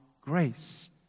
grace